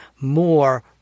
more